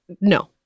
no